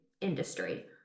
industry